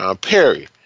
Perry